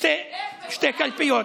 בשתי קלפיות.